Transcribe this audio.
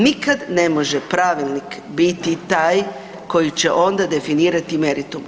Nikad ne može pravilnik biti taj koji će onda definirati meritum.